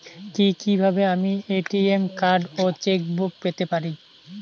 কি কিভাবে আমি এ.টি.এম কার্ড ও চেক বুক পেতে পারি?